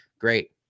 Great